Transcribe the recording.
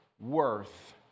worth